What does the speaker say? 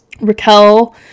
Raquel